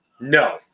No